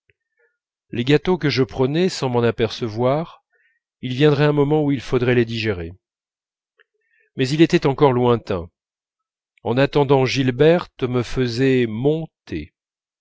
les gâteaux que je prenais sans m'en apercevoir il viendrait un moment où il faudrait les digérer mais il était encore lointain en attendant gilberte me faisait mon